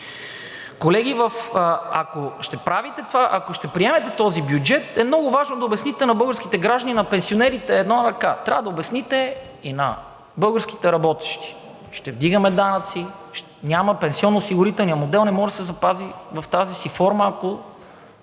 може да отговори. Колеги, ако ще приемете този бюджет, е много важно да обясните на българските граждани, на пенсионерите, едно на ръка, трябва да обясните и на българските работещи – ще вдигаме данъци, няма. Пенсионноосигурителният модел не може да се запази в тази си форма, ако